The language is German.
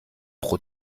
pro